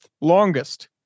longest